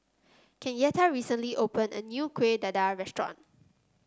Kenyatta recently opened a new Kueh Dadar restaurant